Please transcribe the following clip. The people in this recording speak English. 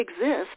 exist